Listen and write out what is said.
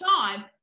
time